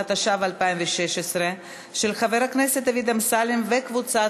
התשע"ו 2016 עברה בקריאה טרומית ועוברת